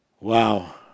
Wow